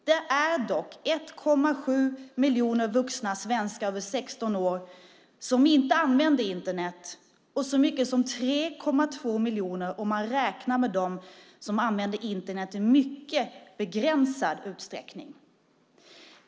Det är dock 1,7 miljoner vuxna svenskar över 16 år som inte använder Internet och så mycket som 3,2 miljoner om man räknar med dem som använder Internet i mycket begränsad utsträckning.